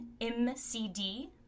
M-C-D